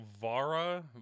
vara